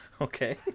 Okay